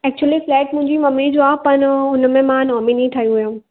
actually flat मुंहिंजी mummy जो आहे पर उन में मां नॉमिनी ठही हुयमि